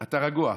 אתה רגוע.